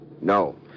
No